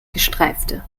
gestreifte